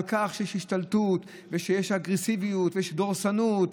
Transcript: על כך שיש השתלטות ושיש אגרסיביות ויש דורסנות,